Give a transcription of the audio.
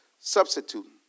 substitute